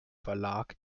verlag